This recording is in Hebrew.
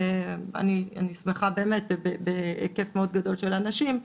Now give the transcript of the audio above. ואני שמחה באמת, בהיקף גדול של אנשים.